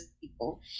people